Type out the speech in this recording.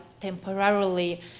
temporarily